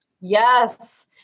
Yes